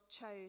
chose